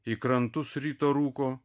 į krantus ryto rūko